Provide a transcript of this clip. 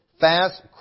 fast